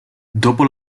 dopo